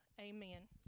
amen